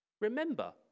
Remember